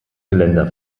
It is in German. geländer